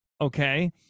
okay